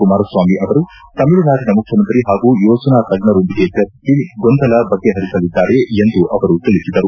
ಕುಮಾರಸ್ವಾಮಿ ಅವರು ತಮಿಳುನಾಡಿನ ಮುಖ್ಯಮಂತ್ರಿ ಹಾಗೂ ಯೋಜನಾ ತಜ್ಞರೊಂದಿಗೆ ಚರ್ಚಸಿ ಗೊಂದಲ ಬಗೆಹರಿಸಲಿದ್ದಾರೆ ಎಂದು ಅವರು ತಿಳಿಸಿದರು